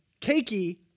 cakey